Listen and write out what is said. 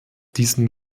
diesem